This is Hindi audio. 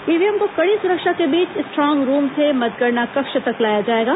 ईव्हीएम को कड़ी सुरक्षा के बीच स्ट्रांग रूम से मतगणना कक्ष तक लाया जाएगा